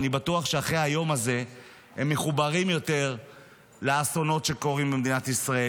ואני בטוח שאחרי היום הזה הם מחוברים יותר לאסונות שקורים במדינת ישראל,